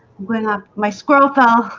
when ah my squirrel talk